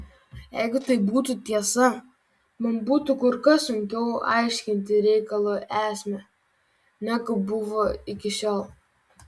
jeigu tai būtų tiesa man būtų kur kas sunkiau aiškinti reikalo esmę negu buvo iki šiol